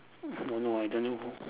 don't know I don't know who